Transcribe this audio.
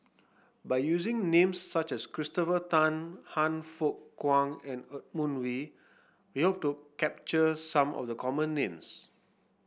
by using names such as Christopher Tan Han Fook Kwang and Edmund Wee we hope to capture some of the common names